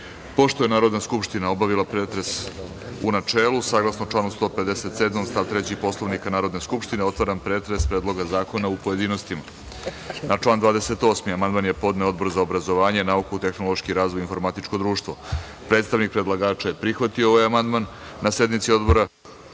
je Narodna skupština obavila pretres u načelu, saglasno članu 157. stav 3. Poslovnika Narodne skupštine, otvaram pretres Predloga zakona u pojedinostima. Na član 28. amandman je podneo Odbor za obrazovanje, nauku, tehnološki razvoj i informatičko društvo. Predstavnik predlagača je prihvatio ovaj amandman na sednici Odbora. Odbor